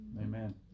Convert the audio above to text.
Amen